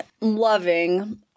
loving